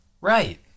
Right